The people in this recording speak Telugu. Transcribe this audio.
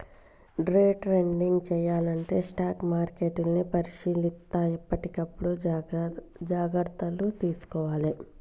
డే ట్రేడింగ్ చెయ్యాలంటే స్టాక్ మార్కెట్ని పరిశీలిత్తా ఎప్పటికప్పుడు జాగర్తలు తీసుకోవాలే